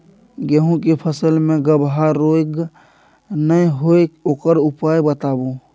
गेहूँ के फसल मे गबहा रोग नय होय ओकर उपाय बताबू?